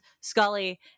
Scully